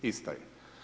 Ista je.